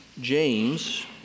James